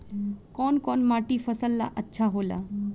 कौन कौनमाटी फसल ला अच्छा होला?